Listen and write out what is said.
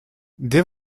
dès